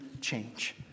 change